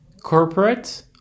corporate